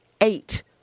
eight